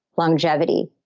longevity.